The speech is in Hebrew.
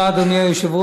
תודה, אדוני היושב-ראש.